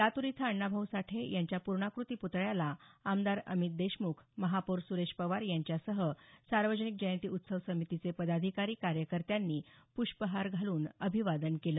लातूर इथं अण्णाभाऊ साठे यांच्या पुर्णाकृती पुतळ्याला आमदार अमित देशमुख महापौर सुरेश पवार यांच्यासह सार्वजनिक जंयती उत्सव समितीचे पदाधिकारी कार्यकर्त्यानी प्रष्पहार घालून अभिवादन केलं